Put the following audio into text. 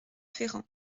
ferrand